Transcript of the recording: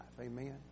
Amen